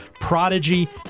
Prodigy